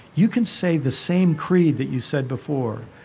you can say the same creed that you said before,